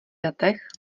datech